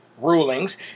rulings